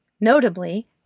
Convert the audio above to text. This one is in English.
Notably